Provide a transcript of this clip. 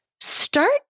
start